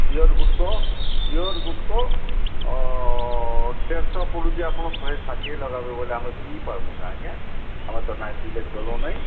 beer ଗୁଟିକ beer ଗୁଟିକ ଦେଢ଼ଶ ପଡ଼ୁଛି ଆପଣ ଶହେ ଷାଠିଏ ଲଗାବେ ବୋଲେ ଆମେ ପିଇପାର୍ବୁକେ ଆଜ୍ଞା ଆମେ ତ ନାହିଁ ପିଇଲେ ଚଲୁନାହିଁ